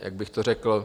jak bych to řekl?